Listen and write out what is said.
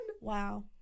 Wow